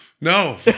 no